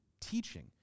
teaching